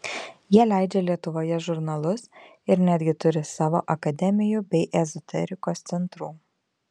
jie leidžia lietuvoje žurnalus ir netgi turi savo akademijų bei ezoterikos centrų